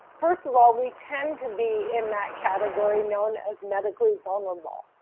first of all we tend to be in that category known as medically vulnerable.